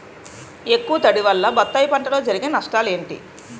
ఎక్కువ తడి వల్ల బత్తాయి పంటలో జరిగే నష్టాలేంటి?